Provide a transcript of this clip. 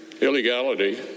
illegality